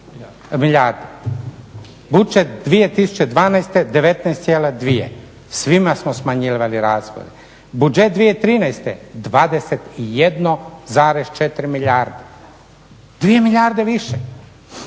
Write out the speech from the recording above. budžet 2012. 19,2 svima smo smanjivali rashode. Budžet 2013. 21,4 milijarde, 2 milijarde više.